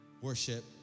worship